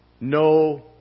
no